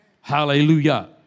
Hallelujah